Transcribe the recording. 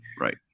Right